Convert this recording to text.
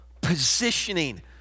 Positioning